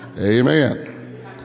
Amen